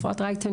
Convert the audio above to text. אפרת רייטן,